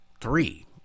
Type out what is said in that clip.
three